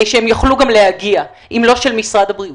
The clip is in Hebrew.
שהם יוכלו להגיע אם לא של משרד הבריאות?